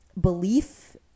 belief